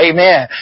Amen